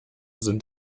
sind